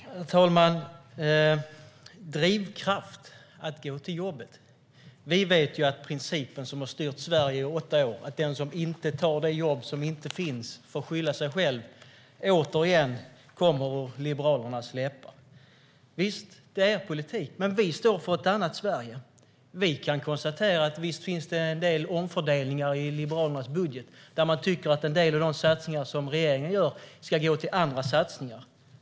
Herr talman! Det talas om drivkraft att gå till jobbet. Vi vet att principen som har styrt Sverige i åtta år är att den som inte tar det jobb som inte finns får skylla sig själv. Det kommer återigen från Liberalernas läppar. Visst, det är er politik. Men vi står för ett annat Sverige. Det finns en del omfördelningar i Liberalernas budget. Man tycker att en del av de satsningar som regeringen gör ska gå till andra satsningar.